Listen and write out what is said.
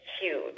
huge